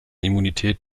immunität